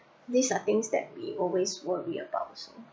these are things that we always worry about so